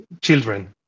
children